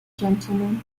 gentleman